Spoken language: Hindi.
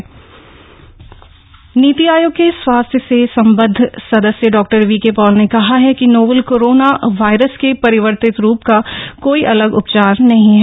नीति आयोग नीति आयोग के स्वास्थ्य से संबद्ध सदस्य डॉक्टर वीके पॉल ने कहा कि नोवेल कोरोना वायरस के परिवर्तित रूप का कोई अलग उपचार नहीं है